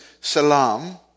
salam